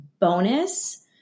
bonus